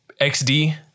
XD